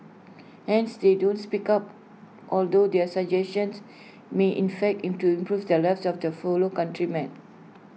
hence they don't speak up although their suggestions may in fact into improve the lives of their fellow countrymen